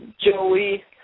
Joey